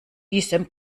diesem